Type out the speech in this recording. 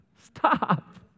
Stop